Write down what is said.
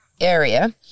area